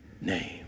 name